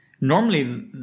normally